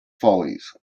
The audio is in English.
follies